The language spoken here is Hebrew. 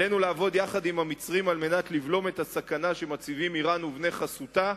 עלינו לעבוד יחד עם המצרים כדי לבלום את הסכנה שמציבים אירן ובני חסותה,